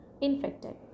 infected